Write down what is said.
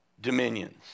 dominions